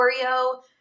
Oreo